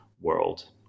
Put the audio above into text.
world